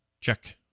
Check